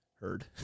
heard